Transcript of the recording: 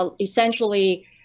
essentially